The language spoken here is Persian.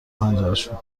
پنجرشون